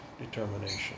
determination